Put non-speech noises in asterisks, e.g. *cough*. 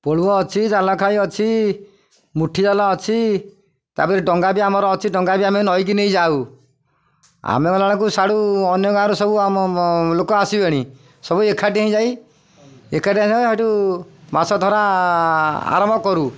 ପୋଳୁଅ ଅଛି ଜାଲଖାଇ ଅଛି ମୁଠି ଜାଲ ଅଛି ତା'ପରେ ଡଙ୍ଗା ବି ଆମର ଅଛି ଡଙ୍ଗା ବି ଆମେ ନଈକି ନେଇ ଯାଉ ଆମେ ଗଲାବେଳକୁ ସାଡ଼ୁ ଅନ୍ୟ ଗାଁର ସବୁ ଆମ *unintelligible* ଲୋକ ଆସିବେଣୀ ସବୁ ଏକାଠି ହିଁ ଯାଇ ଏକାଠି *unintelligible* ସେଇଠୁ ମାଛ ଧରା ଆରମ୍ଭ କରୁ